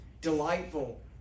delightful